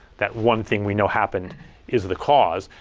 that one thing we know happened is the cause.